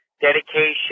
dedication